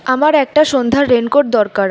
আমার একটা সন্ধ্যার রেনকোট দরকার